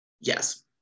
Yes